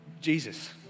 Jesus